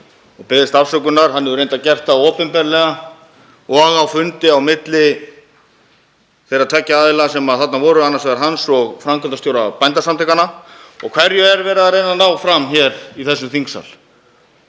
og beðist afsökunar. Hann hefur reyndar gert það opinberlega og á fundi á milli þeirra tveggja aðila sem þarna voru, hans og framkvæmdastjóra Bændasamtakanna. Hverju er verið að reyna að ná fram hér í þessum þingsal?